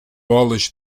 bolas